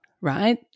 right